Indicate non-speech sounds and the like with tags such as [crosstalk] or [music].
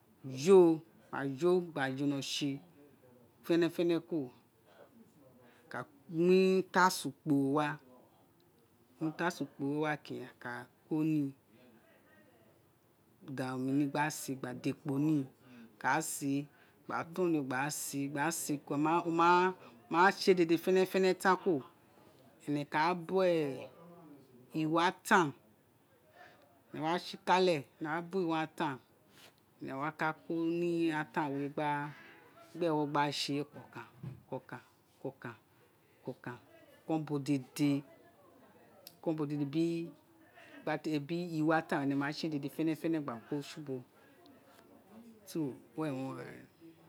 Jo gba jo gba jolo se fene fene wo ka gbe utasun kpo to wa utasun kporo wewa ke udo ka ko ni da omi ni gba se da ekpo mi wo ka se wo ka iruno kun o nia se dede fene fene ka kuri ene ka gue [noise] we atan ene wa si kale ene wa gin we ataan ene wa ka ko ni iwe ataan gba gba ewo gba se gbi kami gbo kan kan ubo dede [noise] biri iwe ataan we dede fene fene gba ataan su bo si were o gba